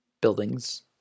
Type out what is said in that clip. buildings